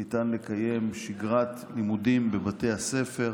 ניתן לקיים שגרת לימודים בבתי הספר.